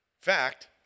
Fact